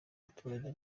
baturage